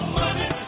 money